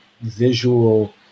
visual